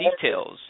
details